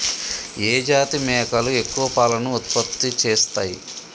ఏ జాతి మేకలు ఎక్కువ పాలను ఉత్పత్తి చేస్తయ్?